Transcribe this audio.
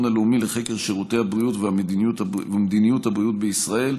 הלאומי לחקר שירותי הבריאות ומדיניות הבריאות בישראל,